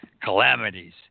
calamities